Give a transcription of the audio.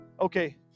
Okay